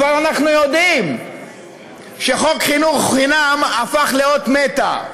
אנחנו כבר יודעים שחוק חינוך חינם הפך לאות מתה.